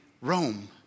Rome